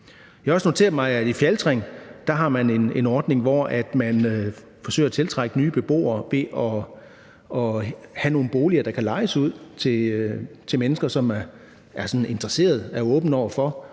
også noteret mig, at i Fjaltring har de for at tiltrække nye beboere en ordning om at have nogle boliger, der kan lejes ud til mennesker, der er interesserede i og åbne over for